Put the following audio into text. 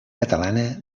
catalana